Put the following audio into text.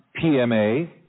PMA